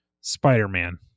Spider-Man